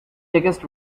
biggest